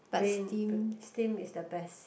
plain pla~ steam is the best